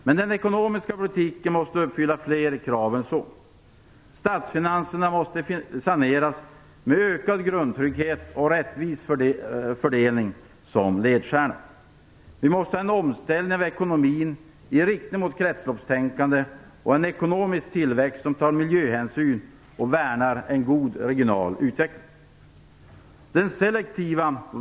Men den ekonomiska politiken måste uppfylla fler krav än så. Statsfinanserna måste saneras med ökad grundtrygghet och rättvis fördelning som ledstjärna. Vi måste ha en omställning av ekonomin i riktning mot kretsloppstänkande och en ekonomisk tillväxt som tar miljöhänsyn och värnar en god regional utveckling.